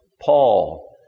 Paul